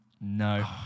No